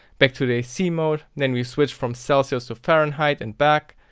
back to the a c mode. then we switch from celsius to farenheit and back.